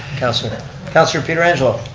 councilor councilor pietrangelo?